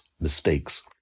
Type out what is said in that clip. mistakes